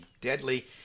deadly